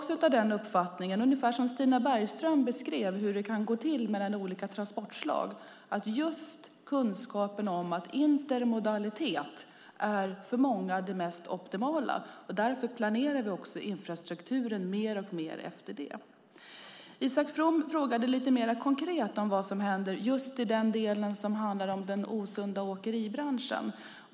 Stina Bergström beskrev hur det kan gå till mellan olika transportslag, och jag är också av uppfattningen att just intermodalitet för många är det mest optimala. Därför planerar vi också infrastrukturen mer och mer efter det. Isak From frågade mer konkret vad som händer just när det gäller den osunda åkeribranschen.